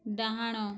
ଡ଼ାହାଣ